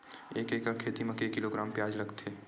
एक एकड़ खेती म के किलोग्राम प्याज लग ही?